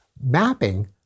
mapping